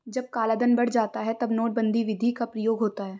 जब कालाधन बढ़ जाता है तब नोटबंदी विधि का प्रयोग होता है